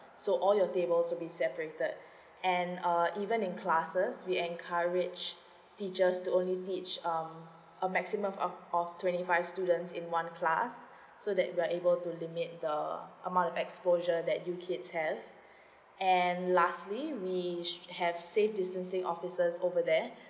so all your tables will be separated and uh even in classes we encourage teachers to only need each um a maximum of of twenty five students in one class so that we are able to limit the amount of exposure that you kids have and lastly we have safe distancing officers over there